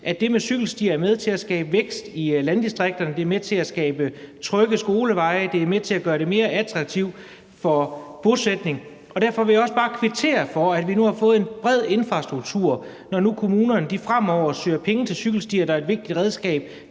at det med cykelstier er med til at skabe vækst i landdistrikterne. Det er med til at skabe trygge skoleveje. Det er med til at gøre bosætning mere attraktivt. Derfor vil jeg også bare kvittere for, at vi nu har fået en bred infrastrukturaftale, så der, når nu kommunerne fremover søger penge til cykelstier – der er et vigtigt redskab